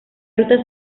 ruta